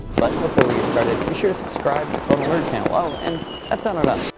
but before we get started, be sure to subscribe to the total nerd channel. oh, and that's not enough.